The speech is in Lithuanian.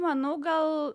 manau gal